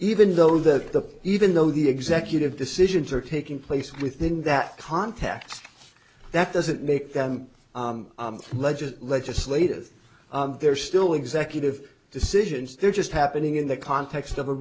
even though the even though the executive decisions are taking place within that context that doesn't make them legit legislative they're still executive decisions they're just happening in the context of a